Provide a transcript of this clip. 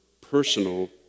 personal